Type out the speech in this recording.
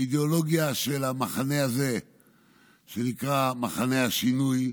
האידיאולוגיה של המחנה הזה שנקרא "מחנה השינוי"